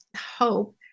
hope